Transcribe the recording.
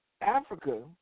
Africa